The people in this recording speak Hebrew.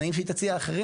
התנאים שהיא תציע אחרים.